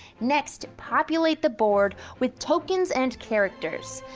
next, populate the board with tokens and characters.